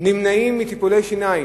נמנעים מטיפולי שיניים,